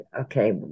okay